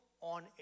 on